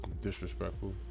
disrespectful